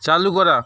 চালু করা